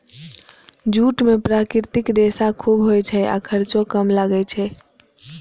jute मे प्राकृतिक रेशा खूब होइ छै आ खर्चो कम लागै छै